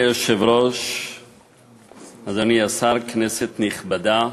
ונעבור להצעת החוק האחרונה להיום,